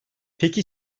peki